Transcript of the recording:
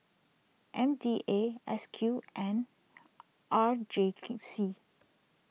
M D A S Q and R J C